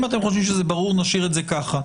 אם אתם חושבים שזה ברור, נשאיר את זה כך.